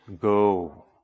Go